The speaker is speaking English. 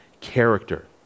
character